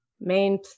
main